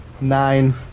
Nine